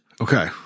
Okay